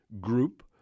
group